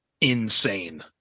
insane